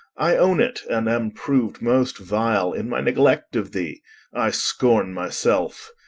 i own it, and am proved most vile in my neglect of thee i scorn myself.